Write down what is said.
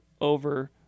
over